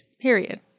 period